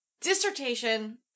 dissertation